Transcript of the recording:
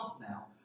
now